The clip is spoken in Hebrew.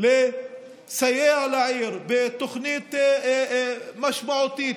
לסייע לעיר בתוכנית משמעותית,